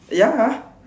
ya